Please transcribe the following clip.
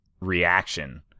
reaction